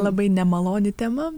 labai nemaloni tema